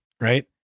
Right